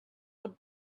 would